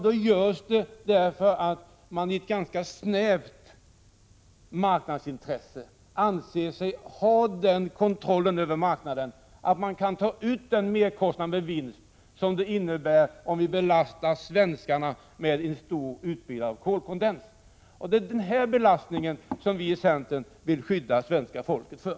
Det görs då för att kraftbolagen i ett ganska snävt marknadsintresse anser sig ha sådan kontroll över marknaden att de kan ta ut den merkostnad som uppstår vid en stor utbyggnad av kolkondens. Det är denna belastning vi i centern vill skydda svenska folket för.